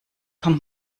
kommt